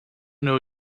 know